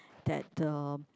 that the